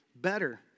better